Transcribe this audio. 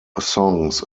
songs